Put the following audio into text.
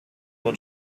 will